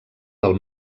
del